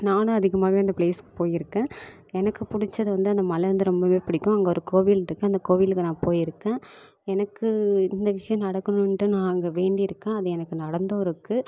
நானும் அதிகமாகவே அந்த பிளேஸுக்கு போயிருக்கேன் எனக்கு பிடிச்சது வந்து அந்த மலை வந்து ரொம்பவே பிடிக்கும் அங்கே ஒரு கோவில் இருக்குது அந்த கோவிலுக்கு நான் போயிருக்கேன் எனக்கு இந்த விஷயம் நடக்கணுன்ட்டு நான் அங்கே வேண்டியிருக்கேன் அது எனக்கு நடந்தும் இருக்குது